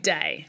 Day